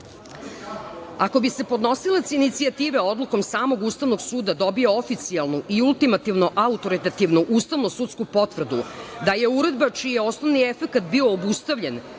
bi podnosilac inicijative odlukom samog Ustavnog suda dobio oficijalnu i ultimativno-autoritativnu ustavno-sudsku potvrdu da je uredba čiji je osnovni efekat bio obustavljen